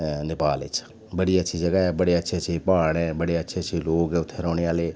नेपाल च बड़ी अच्छी जग्ह ऐ बडे़ बडे़ अच्छे अच्छे पहाड़ न अच्छे अच्छे लोक न उत्थै रौह्ने आह्ले